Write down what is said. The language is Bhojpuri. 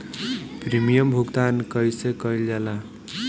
प्रीमियम भुगतान कइसे कइल जाला?